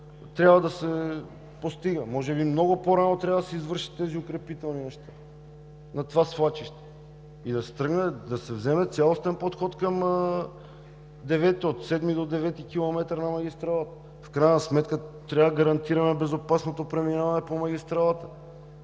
трябва да се постига. Може би много по-рано трябва да се извършат тези укрепителни неща на това свлачище! И да се тръгне, да се вземе цялостен подход от 7-и до 9-и км на магистралата. В крайна сметка трябва да гарантираме безопасното преминаване по магистралата.